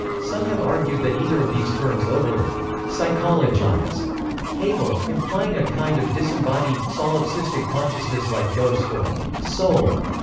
some have argued that either of these terms overly psychologize hegel, implying a kind of disembodied, solipsistic consciousness like ghost or soul.